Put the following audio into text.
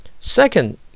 Second